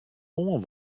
oan